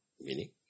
meaning